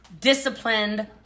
disciplined